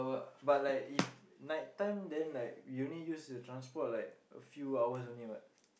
but like if night time then like we only use the transport like a few hours only what